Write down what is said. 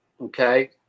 okay